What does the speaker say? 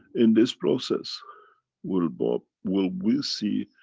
in this process we'll. but will we see,